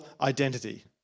identity